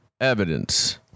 evidence